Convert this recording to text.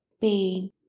pain